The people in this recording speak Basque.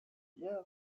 bihar